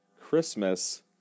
Christmas